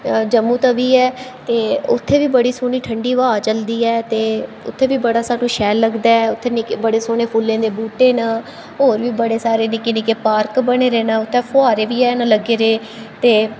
जम्मू तवी ऐ ते उत्थें बी बड़ी सोह्नी ठंडी हवा चलदी ऐ ते उत्थें बी बड़ा सानूं शैल लगदा ऐ उत्थें बड़े सोह्ने फुल्लें दे बूह्टे न होर बी बड़े सारे निक्के निक्के पार्क बने दे न उत्थें फोहारे बी हैन लग्गे दे ते